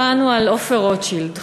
אתמול קראנו על עופר רוטשילד,